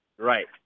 Right